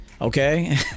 Okay